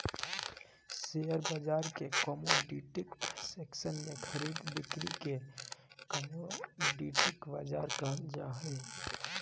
share बाजार के commodity section में खरीद बिक्री के कमोडिटी बाजार कहल जा हइ